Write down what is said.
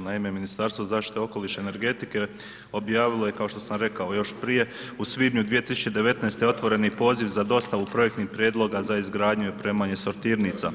Naime, Ministarstvo zaštite okoliša i energetike objavilo je kao što sam rekao još prije u svibnju 2019. otvoreni poziv za dostavu projektnih prijedloga za izgradnju i opremanje sortirnica